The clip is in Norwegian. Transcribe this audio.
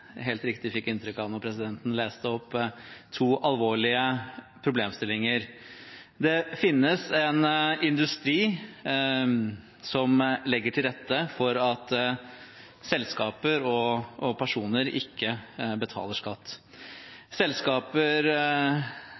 helt riktig fikk inntrykk av da presidenten leste opp interpellasjonsteksten – to alvorlige problemstillinger. Det finnes en industri som legger til rette for at selskaper og personer ikke skal betale skatt. Selskaper